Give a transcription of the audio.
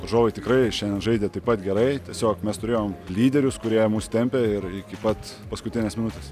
varžovai tikrai šiandien žaidė taip pat gerai tiesiog mes turėjom lyderius kurie mus tempė ir iki pat paskutinės minutės